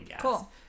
Cool